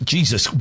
Jesus